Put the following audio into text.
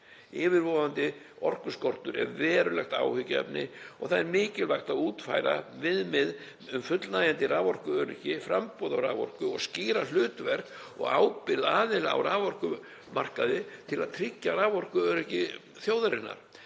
Yfirvofandi orkuskortur er verulegt áhyggjuefni og það er mikilvægt að útfæra viðmið um fullnægjandi raforkuöryggi, framboð á raforku og að skýra hlutverk og ábyrgð aðila á raforkumarkaði til að tryggja raforkuöryggi þjóðarinnar.